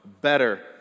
better